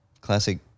classic